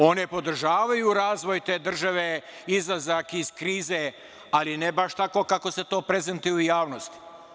One podržavaju razvoj te države, izlazak iz krize, ali ne baš tako kako se to prezentuje u javnosti.